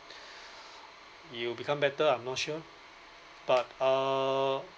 it will become better I'm not sure but uh